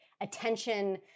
attention